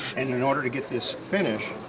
and in in order to get this finished,